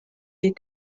des